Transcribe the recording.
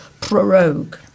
prorogue